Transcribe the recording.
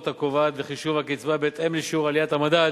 הקובעת לחישוב הקצבה בהתאם לשיעור עליית המדד.